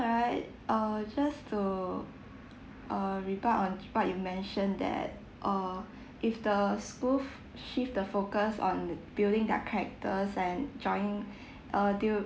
right uh just to uh reply on what you mentioned that uh if the school shift the focus on building their characters and joining uh they would